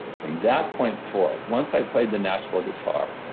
from that point forward, once i played the nashville guitar,